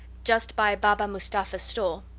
just by baba mustapha's stall.